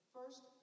First